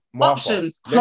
options